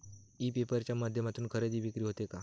E paper च्या माध्यमातून खरेदी विक्री होते का?